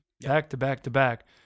Back-to-back-to-back